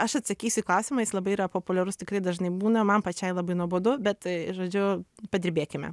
aš atsakysiu į klausimą jis labai yra populiarus tikrai dažnai būna man pačiai labai nuobodu bet žodžiu padirbėkime